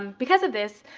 um because of this,